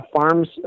farms